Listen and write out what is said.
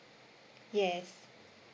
yes